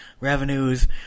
revenues